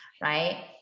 right